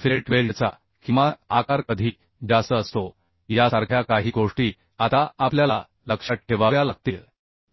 fillet वेल्डचा किमान आकार कधी जास्त असतो यासारख्या काही गोष्टी आता आपल्याला लक्षात ठेवाव्या लागतील